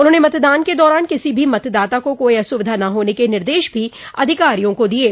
उन्होने मतदान के दौरान किसी भी मतदाता को कोई अस्विधा न होने के निर्देश भी अधिकारियों को दिये